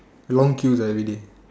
long queues everyday